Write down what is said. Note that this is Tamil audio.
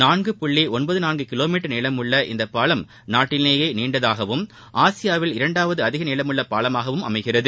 நான்கு புள்ளி ஒன்பது நான்கு கிலோமீட்டர் நீளமுள்ள இந்த பாலம் நாட்டிலேயே நீண்டதாகவும் ஆசியாவில் இரண்டாவது அதிக நீளமுள்ள பாலமாகவும் அமைகிறது